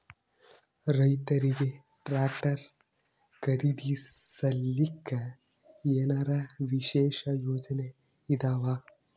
ರೈತರಿಗೆ ಟ್ರಾಕ್ಟರ್ ಖರೀದಿಸಲಿಕ್ಕ ಏನರ ವಿಶೇಷ ಯೋಜನೆ ಇದಾವ?